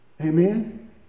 Amen